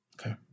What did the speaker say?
Okay